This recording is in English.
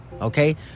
Okay